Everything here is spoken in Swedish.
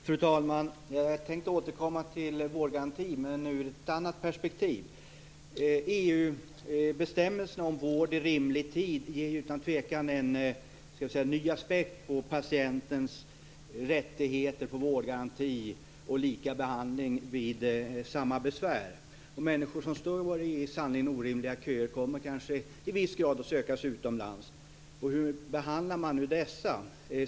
Fru talman! Jag tänkte återkomma till vårdgarantin, men ur ett annat perspektiv. Eu-bestämmelserna om vård i rimlig tid ger utan tvivel en ny aspekt på patientens rättigheter när det gäller vårdgaranti och lika behandling vid samma besvär. Människor som står i våra sannerligen orimliga köer kommer kanske att i viss mån söka sig utomlands. Hur behandlar man nu dessa?